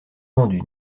vendu